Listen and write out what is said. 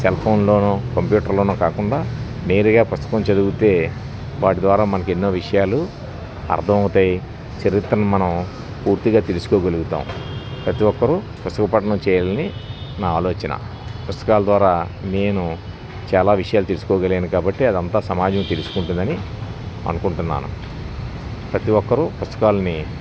సెల్ఫోన్లోనూ కంప్యూటర్లోనూ కాకుండా నేరుగా పుస్తకం చదివితే వాటి ద్వారా మనకి ఎన్నో విషయాలు అర్థమవుతాయి చరిత్రను మనం పూర్తిగా తెలుసుకోగలుగుతాం ప్రతి ఒక్కరూ పుస్తక పఠనం చేయాలని నా ఆలోచన పుస్తకాల ద్వారా నేను చాలా విషయాలు తెసుకోగలిగాను కాబట్టి అదంతా సమాజం తెలుసుకుంటుందని అనుకుంటున్నాను ప్రతి ఒక్కరూ పుస్తకాలని